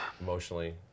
Emotionally